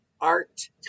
art